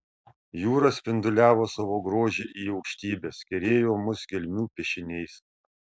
jūra spinduliavo savo grožį į aukštybes kerėjo mus gelmių piešiniais